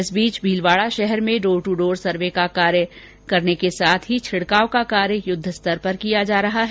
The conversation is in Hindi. इस बीच भीलवाड़ा शहर में डोर ट्र डोर सर्वे का कार्य करने के साथ ही छिड़काव का कार्य युद्ध स्तर पर कराया जा रहा है